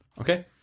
Okay